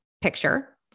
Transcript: picture